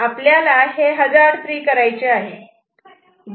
आपल्याला हे hazard free करायचे आहे